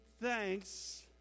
thanks